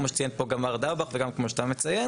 כמו שציין פה גם מר דבאח וגם כמו שאתה מציין,